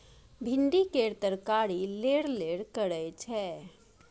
भिंडी केर तरकारी लेरलेर करय छै